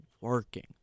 working